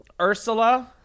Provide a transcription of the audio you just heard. Ursula